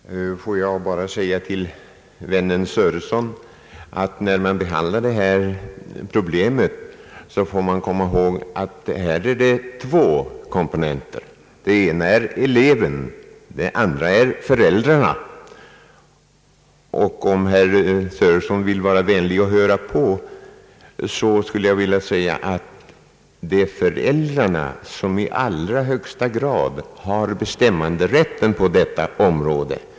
Herr talman! Låt mig bara säga till vännen Sörenson, att när man behandlar detta problem får man komma ihåg att här finns två komponenter. Den ena är eleven den andra är föräldrarna. Det är föräldrarna som i allra högsta grad har bestämmanderätten på detta område.